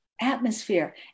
atmosphere